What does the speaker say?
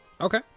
Okay